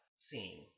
Scene